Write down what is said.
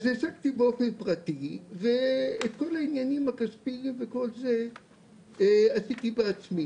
אז העסקתי באופן פרטי ואת כל העניינים הכספיים וכל זה עשיתי בעצמי.